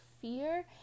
fear